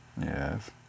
Yes